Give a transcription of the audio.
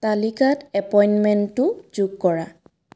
তালিকাত এপইণ্টমেণ্টটো যোগ কৰা